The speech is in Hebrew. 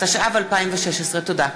התשע"ו 2016. תודה.